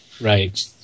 Right